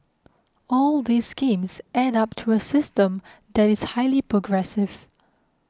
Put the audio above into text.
all these schemes add up to a system that is highly progressive